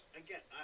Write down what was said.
again